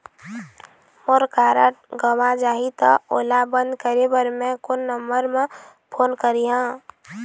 मोर card गंवा जाही त ओला बंद करें बर मैं कोन नंबर म फोन करिह?